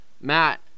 Matt